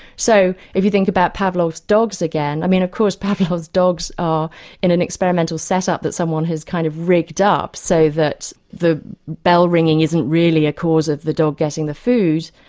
so if you think about pavlov's dogs again, i mean of course pavlov's dogs are in an experimental set-up that someone has kind of rigged up so that the bell-ringing isn't really a cause of the dog getting the food,